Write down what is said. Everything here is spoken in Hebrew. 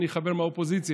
שאני חבר מהאופוזיציה.